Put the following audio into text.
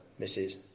Mrs